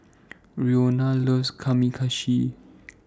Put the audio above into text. Roena loves Kamameshi